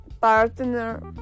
partner